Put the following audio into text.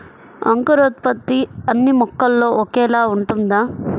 అంకురోత్పత్తి అన్నీ మొక్కల్లో ఒకేలా ఉంటుందా?